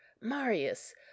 marius